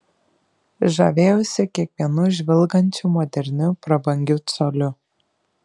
žavėjausi kiekvienu žvilgančiu moderniu prabangiu coliu